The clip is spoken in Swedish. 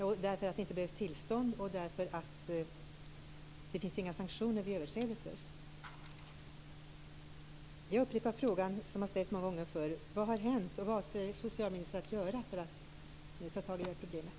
Det beror på att det inte behövs tillstånd och att det inte finns några sanktioner vid överträdelser. Jag upprepar frågan som har ställts många gånger förr: Vad har hänt, och vad avser socialministern att göra för att ta itu med problemet?